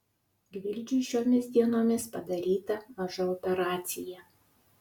gvildžiui šiomis dienomis padaryta maža operacija